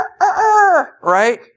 right